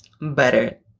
better